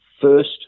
first